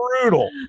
Brutal